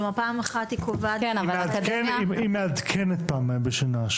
כלומר פעם אחת היא קובעת --- היא מעדכנת פעמיים בשנה.